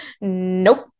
nope